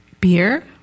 Beer